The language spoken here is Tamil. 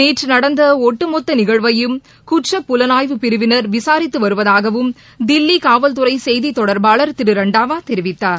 நேற்று நடந்த ஒட்டுமொத்த நிகழ்வையும் குற்றப் புலனாய்வு பிரிவினர் விசாரித்து வருவதாகவும் தில்லி காவல் துறை செய்தி தொடர்பாளர் திரு ரண்டாவா தெரிவித்தார்